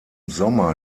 sommer